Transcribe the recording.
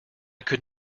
could